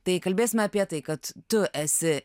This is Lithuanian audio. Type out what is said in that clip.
tai kalbėsime apie tai kad tu esi